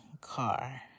car